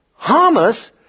Hamas